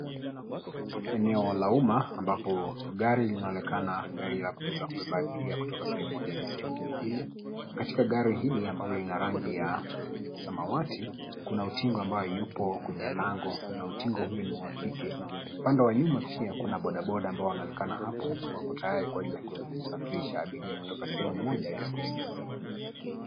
Eneo la umma ambapo gari linaonekana, gari la kuweza kubeba abiria kutoka sehemu moja hadi sehemu nyingine. Katika gari hili, ambalo lina rangi ya samawati kuna utingo ambaye yupo kwenye lango na utingo huyu ni wa kike. Upande wa nyuma pia kuna bodaboda ambazo zinaonekana hapo, ziko tayari kuweza kuwasafirisha abiria, kutoka sehemu moja hadi sehemu nyingine.